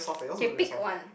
okay pick one